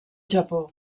japó